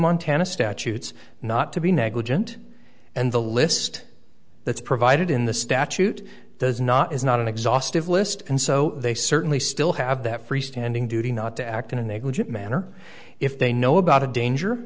montana statutes not to be negligent and the list that's provided in the statute does not is not an exhaustive list and so they certainly still have that free standing duty not to act in a negligent manner if they know about a danger